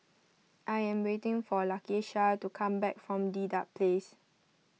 I am waiting for Lakesha to come back from Dedap Place